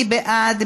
מי בעד?